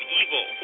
evil